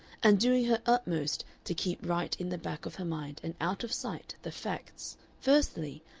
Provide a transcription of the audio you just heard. and doing her utmost to keep right in the back of her mind and out of sight the facts, firstly,